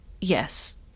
yes